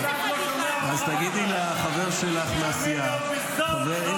אני מבינה שזה פדיחה --- תגידי לחבר שלך לסיעה --- לא,